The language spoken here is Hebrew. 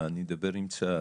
אני מדבר עם צה"ל.